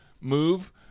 move